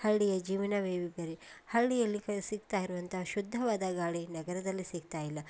ಹಳ್ಳಿಯ ಜೀವನವೇ ಬೇರೆ ಹಳ್ಳಿಯಲ್ಲಿ ಕ ಸಿಗ್ತಾ ಇರುವಂಥ ಶುದ್ಧವಾದ ಗಾಳಿ ನಗರದಲ್ಲಿ ಸಿಗ್ತಾಯಿಲ್ಲ